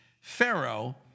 Pharaoh